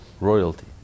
royalty